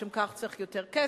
לשם כך צריך יותר כסף,